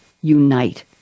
unite